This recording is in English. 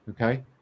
Okay